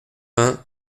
vingt